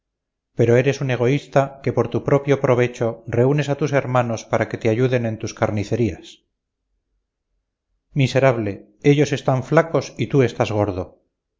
pero eres un egoísta que por tu propio provecho reúnes a tus hermanos para que te ayuden en tus carnicerías miserable ellos están flacos y tú estás gordo